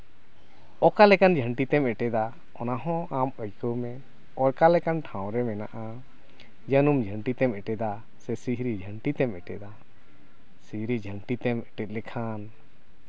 ᱚᱠᱟ ᱞᱮᱠᱟᱱ ᱡᱷᱟᱱᱴᱤ ᱛᱮᱢ ᱮᱴᱮᱫᱟ ᱚᱱᱟᱦᱚᱸ ᱟᱢ ᱟᱹᱭᱠᱟᱹᱣ ᱢᱮ ᱚᱱᱠᱟ ᱞᱮᱠᱟᱱ ᱴᱷᱟᱶ ᱨᱮ ᱢᱮᱱᱟᱜᱼᱟ ᱡᱟᱹᱱᱩᱢ ᱡᱷᱟᱹᱱᱴᱤ ᱛᱮᱢ ᱮᱴᱮᱫᱟ ᱥᱮ ᱥᱨᱤᱦᱤ ᱡᱷᱟᱱᱴᱤ ᱛᱮᱢ ᱮᱴᱮᱫᱟ ᱥᱨᱤᱦᱤ ᱡᱷᱟᱱᱴᱤ ᱛᱮᱢ ᱮᱴᱮᱫ ᱞᱮᱠᱷᱟᱱ